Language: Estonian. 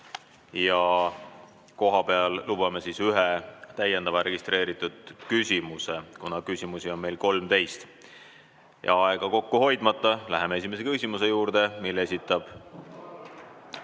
ja kohapealt lubame esitada ühe täiendava registreeritud küsimuse, kuna küsimusi on meil 13. Ja aega kokku hoides läheme esimese küsimuse juurde, mille esitab ...